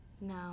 No